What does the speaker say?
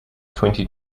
twenty